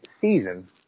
season